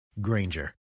Granger